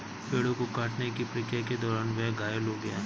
पेड़ों को काटने की प्रक्रिया के दौरान वह घायल हो गया